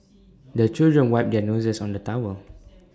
the children wipe their noses on the towel